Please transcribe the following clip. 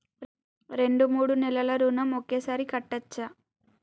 రెండు మూడు నెలల ఋణం ఒకేసారి కట్టచ్చా?